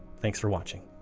thanks for watching